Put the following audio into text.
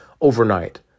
Overnight